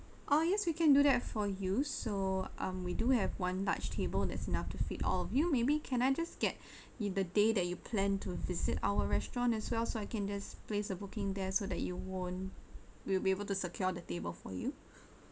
oh yes we can do that for you so um we do have one large table that's enough to fit all of you maybe can I just get in the day that you plan to visit our restaurant as well so I can just place a booking there so that you won't will be able to secure the table for you